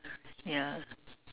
ya